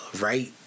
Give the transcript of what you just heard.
right